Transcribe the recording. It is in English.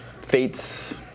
Fates